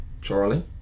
Charlie